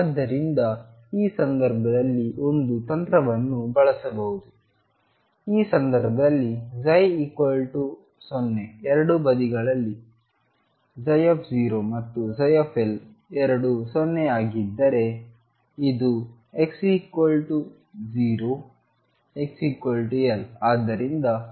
ಆದ್ದರಿಂದ ಈ ಸಂದರ್ಭದಲ್ಲಿ ಒಂದು ತಂತ್ರವನ್ನು ಬಳಸಬಹುದು ಈ ಸಂದರ್ಭದಲ್ಲಿ ψ0 ಎರಡು ಬದಿಗಳಲ್ಲಿ ψ ಮತ್ತುL ಎರಡೂ 0 ಆಗಿದ್ದರೆ ಇದು x 0 x L